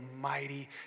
mighty